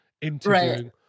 interviewing